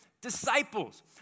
disciples